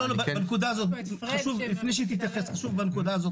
פה פרד,